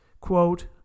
quote